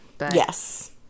Yes